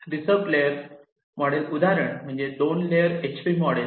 reserve layer models उदाहरण म्हणजे 2 layer HV models